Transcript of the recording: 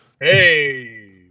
hey